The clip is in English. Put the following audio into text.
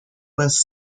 was